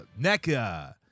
NECA